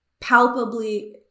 palpably